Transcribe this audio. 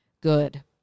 good